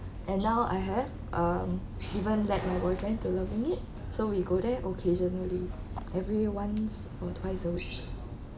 and now I have um even let my boyfriend to loving it so we go there occasionally every once or twice a week